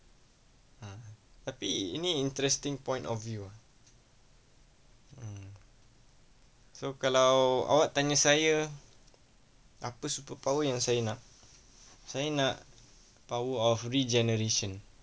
mm tapi ini interesting point of view mm so kalau awak tanya saya apa superpower yang saya nak saya nak power of regeneration